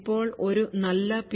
ഇപ്പോൾ ഒരു നല്ല പി